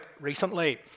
recently